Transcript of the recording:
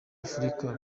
afurika